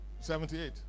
seventy-eight